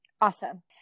Awesome